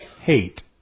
hate